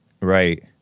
Right